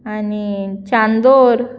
आनी चांदरा